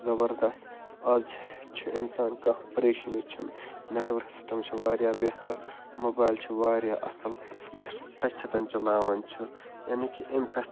زَبردس از چھِ اِنسان کانٛہہ پریشٲنی چھِنہٕ نٮ۪ٹورک سِسٹَم چھِ واریاہ بہتر موبایِل چھِ واریاہ اصٕل یُس ٹَچہٕ سۭتۍ چلاوان چھُ یعنی کہ امہِ کَتھ